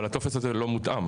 אבל הטופס הזה לא מותאם,